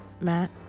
Matt